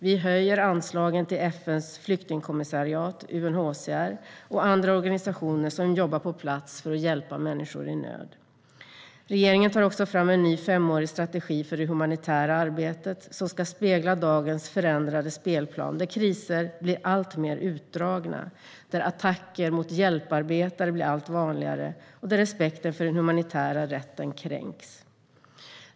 Vi höjer anslagen till FN:s flyktingkommissariat, UNHCR, och andra organisationer som jobbar på plats för att hjälpa människor i nöd. Regeringen tar också fram en ny femårig strategi för det humanitära arbetet som ska spegla dagens förändrade spelplan där kriser blir alltmer utdragna, där attacker mot hjälparbetare blir allt vanligare och där respekten för den humanitära rätten kränks.